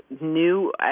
new